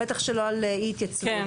בטח שלא על אי התייצבות.